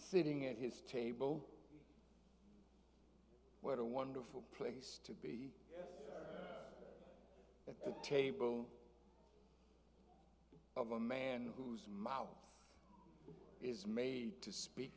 sitting at his table what a wonderful place to table of a man whose mouth is made to speak